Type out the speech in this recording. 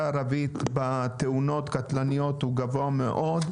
הערבית בתאונות קטלניות הוא גבוה מאוד,